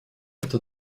это